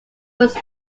was